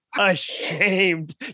Ashamed